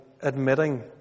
admitting